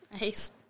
Nice